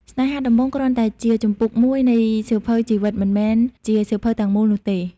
ស្នេហាដំបូងគ្រាន់តែជា "ជំពូកមួយ" នៃសៀវភៅជីវិត មិនមែនជា "សៀវភៅទាំងមូល" នោះទេ។